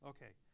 Okay